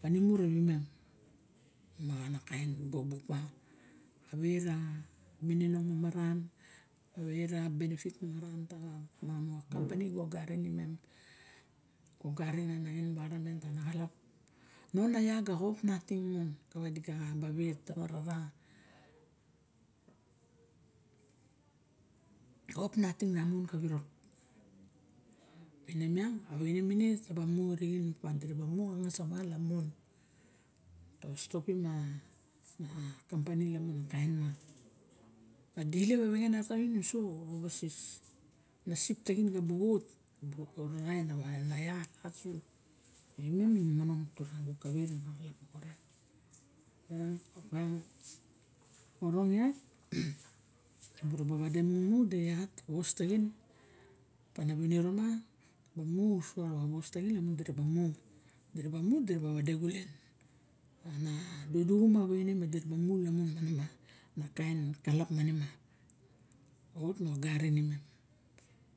panimu ure rawimem mana kain doxoma opa kave na mininong kavera bemipit maran tawa miang mo kampani ga ogarin imen ga ogarin ana invaironment tanimen non a va ga xop nating kava diga kaba wet na ga xop nating mon ka wirok maine miang a waine ine ne taba muri xin opa dira ba mu ra ngas aiwo lamun tawa stopim a kampani lamun a na kain ma madi ilep a wexen a wat twin uso xan owasis na ship taxin kavu of rawa rara na ia imen i manong turagu wadi mu mu pa na winiro ma mi so xa was twin lamun dura ba mu diraba mu diraba wade xulen and duduxum waine madiraba mu inmanima aut na ogarin imem